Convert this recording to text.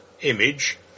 image